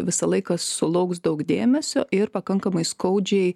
visą laiką sulauks daug dėmesio ir pakankamai skaudžiai